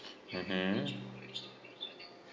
mmhmm